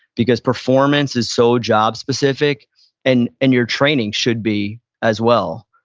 because performance is so job specific and and your training should be as well.